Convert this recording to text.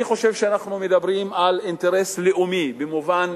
אני חושב שאנחנו מדברים על אינטרס לאומי במובן